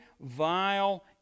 vile